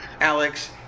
Alex